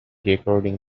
recording